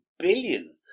Billion